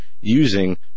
using